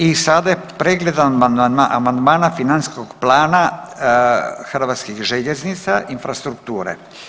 I sada je pregled amandmana Financijskog plana Hrvatskih željeznica Infrastrukture.